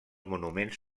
monuments